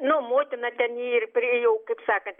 nu motina ten ir prie jo kaip sakant